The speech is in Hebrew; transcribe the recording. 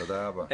תודה רבה.